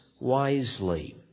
wisely